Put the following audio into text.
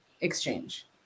exchange